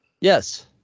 Yes